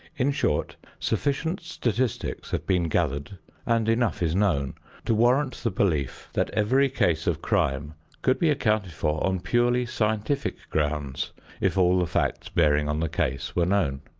in short, sufficient statistics have been gathered and enough is known to warrant the belief that every case of crime could be accounted for on purely scientific grounds if all the facts bearing on the case were known.